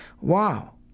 wow